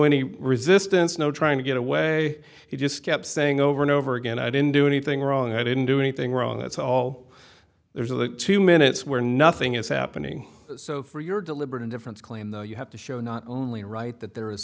any resistance no trying to get away he just kept saying over and over again i didn't do anything wrong i didn't do anything wrong that's all there is of the two minutes where nothing is happening so for your deliberate indifference claimed you have to show not only write that there is